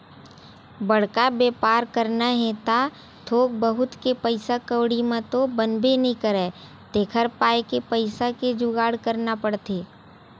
बड़का बेपार करना हे त थोक बहुत के पइसा कउड़ी म तो बनबे नइ करय तेखर पाय के पइसा के जुगाड़ करना पड़थे